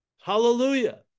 Hallelujah